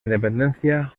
independencia